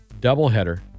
Doubleheader